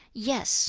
yes,